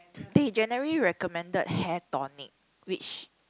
they generally recommended hair tonic which